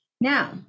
Now